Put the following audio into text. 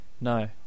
No